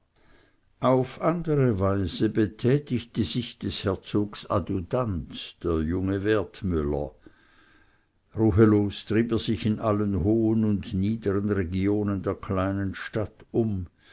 auf andere weise betätigte sich des herzogs adjutant der junge wertmüller ruhelos trieb er sich in allen hohen und niedern regionen der kleinen stadt um